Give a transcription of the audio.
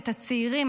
את הצעירים,